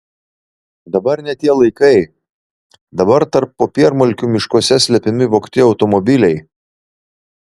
dabar ne tie laikai dabar tarp popiermalkių miškuose slepiami vogti automobiliai